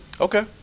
Okay